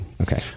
Okay